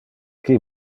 qui